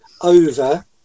over